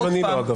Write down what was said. גם אני לא.